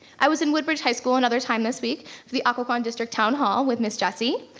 i was in woodbridge high school another time this week for the occoquan district town hall with ms. jessie.